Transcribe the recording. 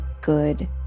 good